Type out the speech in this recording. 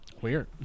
Weird